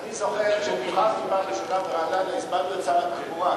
אני זוכר כשנבחרתי פעם ראשונה ברעננה הזמנו את שר התחבורה,